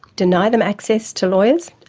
deny them access to lawyers.